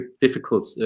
difficult